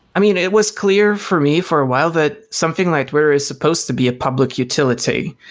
i mean, it was clear for me for a while that something like where it's supposed to be a public utility,